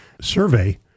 survey